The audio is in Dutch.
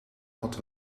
had